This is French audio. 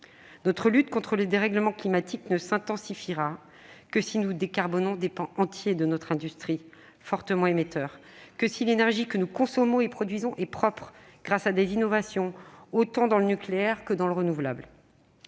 Notre lutte contre le dérèglement climatique ne s'intensifiera que si nous décarbonons des pans entiers, fortement émetteurs, de notre industrie, que si l'énergie que nous consommons et produisons est propre, grâce à des innovations, tant dans le nucléaire que dans le renouvelable.